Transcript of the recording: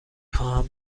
خواهم